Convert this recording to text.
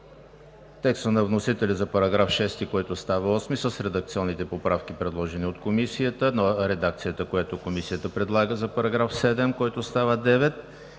текста на вносителя за § 6, който става § 8 с редакционните поправки, предложени от Комисията; редакцията, която Комисията предлага за § 7, който става §